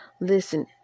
listen